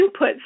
inputs